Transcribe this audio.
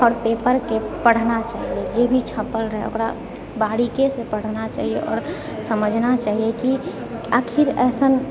आओर पेपरके पढ़ना चाहिअऽ जे भी छपल रहै ओकरा बारीकीसँ पढ़ना चाहिअऽ आओर समझना चाहिअऽ कि आखिर अइसन